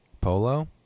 polo